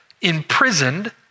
imprisoned